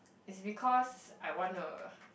it's because I want a